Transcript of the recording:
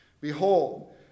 Behold